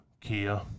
Kia